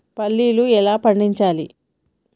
పల్లీలు ఎలా పండించాలి?